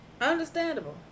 Understandable